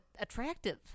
attractive